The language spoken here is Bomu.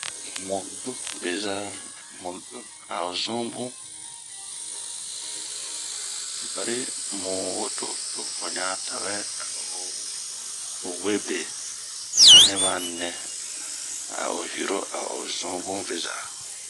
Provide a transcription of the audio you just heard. Mu do bezaa, mu do ao zunbun, barri munwe to'o wo to'o oɲatawɛ ao we bee nɛ ma nɛ ao hiro ao zun bun beza.